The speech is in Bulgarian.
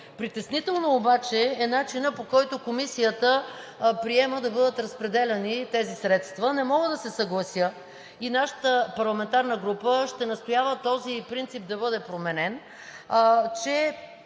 Притеснително обаче е начинът, по който Комисията приема да бъдат разпределяни тези средства. Не мога да се съглася и нашата парламентарна група ще настоява този принцип да бъде променен, че